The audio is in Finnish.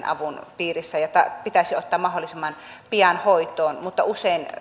avun piirissä ja pitäisi ottaa mahdollisimman pian hoitoon mutta usein